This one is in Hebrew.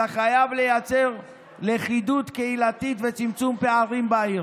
אתה חייב לייצר לכידות קהילתית וצמצום פערים בעיר.